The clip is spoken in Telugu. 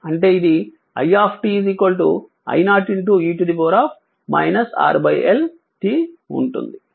అంటే ఇది i I0 e R t L ఉంటుంది